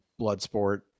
Bloodsport